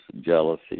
jealousy